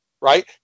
right